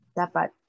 dapat